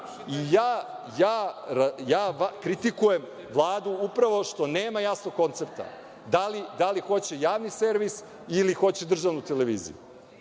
prekine. Kritikujem Vladu upravo što nema jasnog koncepta da li hoće javni servis ili hoće državnu televiziju.